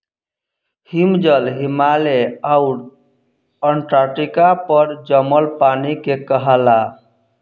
हिमजल, हिमालय आउर अन्टार्टिका पर जमल पानी के कहाला